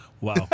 Wow